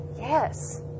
Yes